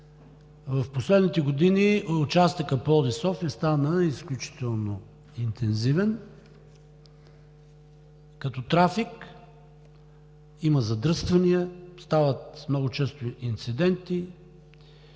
В последните години участъкът Пловдив – София стана изключително интензивен като трафик – има задръствания, стават много често инциденти